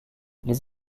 les